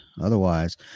Otherwise